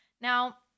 Now